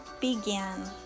begin